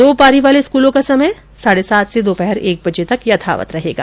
दो पारी वाले स्कलों का समय साढे सात से दोपहर एक बजे तक यथावत रहेगा